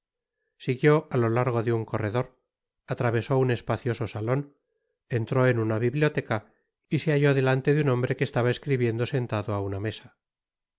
siguió á lo largo de un corredor atravesó un espacioso salon entró en una biblioteca y se hatló delante un hombre que estaba escribiendo sentado á una mesa